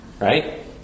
right